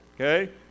okay